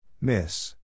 Miss